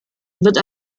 wird